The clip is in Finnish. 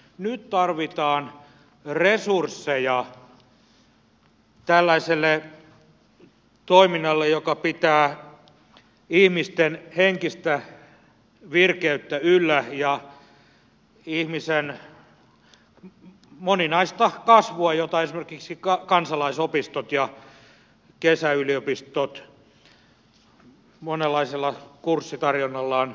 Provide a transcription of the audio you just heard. nyt tarvitaan resursseja tällaiselle toiminnalle joka pitää yllä ihmisten henkistä virkeyttä ja ihmisen moninaista kasvua jota esimerkiksi kansalaisopistot ja kesäyliopistot monenlaisella kurssitarjonnallaan palvelevat